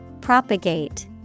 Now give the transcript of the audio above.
Propagate